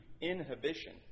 inhibition